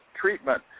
treatment